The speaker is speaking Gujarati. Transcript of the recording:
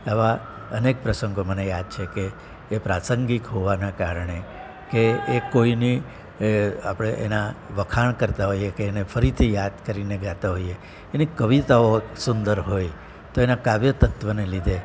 આવા અનેક પ્રસંગો મને યાદ છે કે એ પ્રાસંગિક હોવાના કારણે કે એ કોઈની આપણે એના વખાણ કરતાં હોઈએ કે એને ફરીથી યાદ કરીને ગાતા હોઈએ એની કવિતાઓ સુંદર હોય તો એના કાવ્ય તત્ત્વને લીધે